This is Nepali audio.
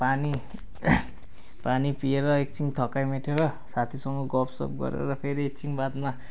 पानी पानी पिएर एकछिन थकाई मेटेर साथीसँग गफ सफ गरेर फेरि एकछिन बादमा